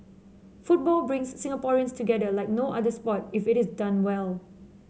football brings Singaporeans together like no other sport if it is done well